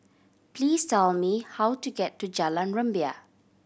please tell me how to get to Jalan Rumbia